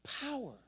power